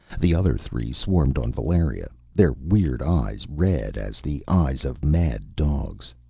the other three swarmed on valeria, their weird eyes red as the eyes of mad dogs.